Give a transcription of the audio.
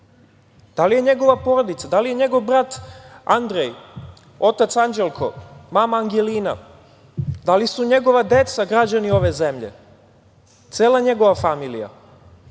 Da li je njegova porodica, da li je njegov brat Andrej, otac Anđelko, mama Angelina, da li su njegova deca građani ove zemlje, cela njegova familija?